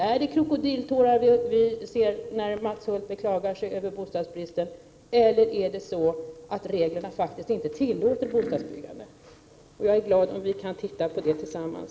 Är det krokodiltårar vi ser när Mats Hulth beklagar sig över bostadsbristen? Eller är det så att reglerna faktiskt inte tillåter bostadsbyggande? Jag är glad om vi kunde titta på det tillsammans.